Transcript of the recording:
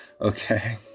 Okay